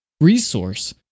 resource